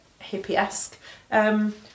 hippie-esque